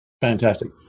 Fantastic